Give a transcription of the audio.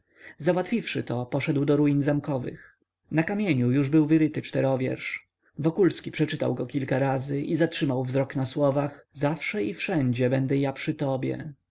warszawy załatwiwszy to poszedł do ruin zamkowych na kamieniu już był wyryty czterowiersz wokulski przeczytał go kilka razy i zatrzymał wzrok na słowach zawsze i wszędzie będę ja przy tobie